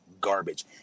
garbage